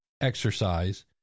exercise